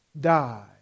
die